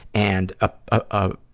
and a, a,